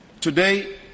Today